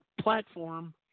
platform